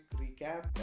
recap